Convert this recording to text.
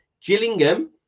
Gillingham